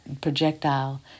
projectile